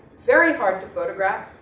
very hard to photograph,